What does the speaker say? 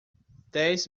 dez